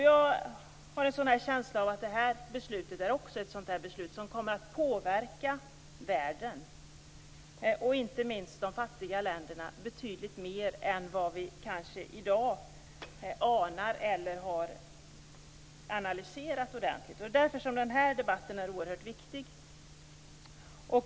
Jag har en känsla av att detta beslut också kommer att vara ett beslut som kommer att påverka världen, inte minst de fattiga länderna, betydligt mer än vad vi i dag anar eller har analyserat ordentligt. Det är därför denna debatt är oerhört viktig.